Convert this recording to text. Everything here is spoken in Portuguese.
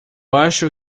acho